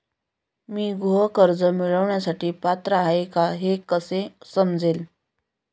मी गृह कर्ज मिळवण्यासाठी पात्र आहे का हे कसे समजेल?